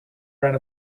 brand